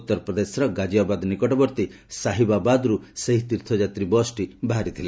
ଉତ୍ତରପ୍ରଦେଶର ଗାଜିଆବାଦ ନିକଟବର୍ତ୍ତୀ ସାହିବାବାଦ୍ରୁ ସେହି ତୀର୍ଥଯାତ୍ରୀ ବସ୍ଟି ବାହାରିଥିଲା